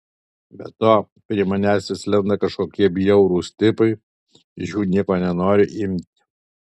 be to prie manęs vis lenda kažkokie bjaurūs tipai iš jų nieko nenoriu imti